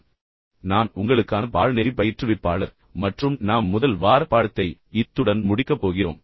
எனவே நான் உங்களுக்கான பாடநெறி பயிற்றுவிப்பாளர் மற்றும் நாம் முதல் வார பாடத்தை இத்துடன் முடிக்கப் போகிறோம்